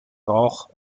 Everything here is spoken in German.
rauch